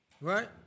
Right